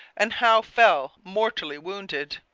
and howe fell, mortally wounded.